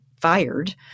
fired